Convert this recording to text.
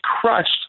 crushed